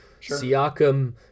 Siakam